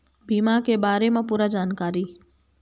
बीमा के बारे म पूरा जानकारी?